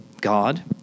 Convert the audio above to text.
God